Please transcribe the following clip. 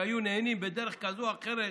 שהיו נהנים בדרך כזאת או אחרת,